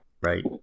Right